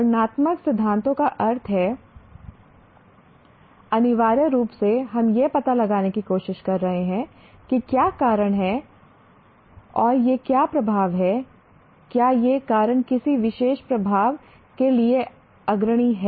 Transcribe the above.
वर्णनात्मक सिद्धांतों का अर्थ है अनिवार्य रूप से हम यह पता लगाने की कोशिश कर रहे हैं कि क्या कारण है और यह क्या प्रभाव है क्या यह कारण किसी विशेष प्रभाव के लिए अग्रणी है